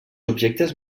objectes